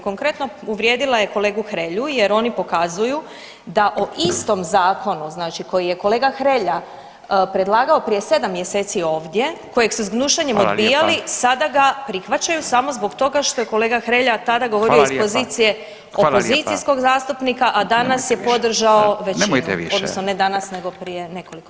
Konkretno uvrijedila je kolegu Hrelju jer oni pokazuju da o istom zakonu znači koji je kolega Hrelja predlagao prije 7 mjeseci ovdje, kojeg su s gnušanjem odbijali [[Upadica: Hvala lijepa.]] sada ga prihvaćaju samo zbog toga što je kolega Hrelja tada govorio iz pozicije [[Upadica: Hvala lijepa.]] opozicijskog zastupnika, a danas je podržao većinu [[Upadica: Nemojte više.]] odnosno ne danas nego prije nekoliko